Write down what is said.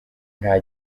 nta